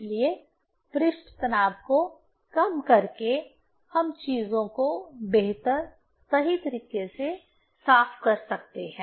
इसलिए पृष्ठ तनाव को कम करके हम चीजों को बेहतर सही तरीके से साफ कर सकते हैं